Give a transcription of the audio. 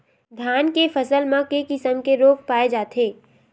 धान के फसल म के किसम के रोग पाय जाथे?